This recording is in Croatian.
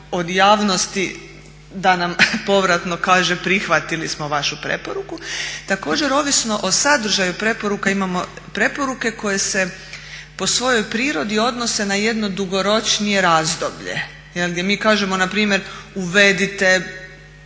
od javnosti da nam povratno kaže prihvatili smo vašu preporuku. Također, ovisno o sadržaju preporuka imamo preporuke koje se po svojoj prirodi odnose na jedno dugoročnije razdoblje. Gdje mi kažemo npr. uvedite